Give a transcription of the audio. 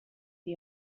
for